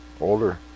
older